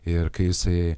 ir kai jisai